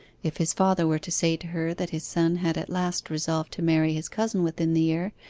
if his father were to say to her that his son had at last resolved to marry his cousin within the year,